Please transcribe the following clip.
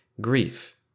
grief